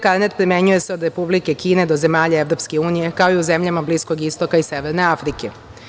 Karnet TIR se primenjuje od Republike Kine do zemalja EU, kao i u zemljama Bliskog Istoka i severne Afrike.